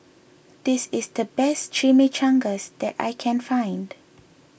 this is the best Chimichangas that I can find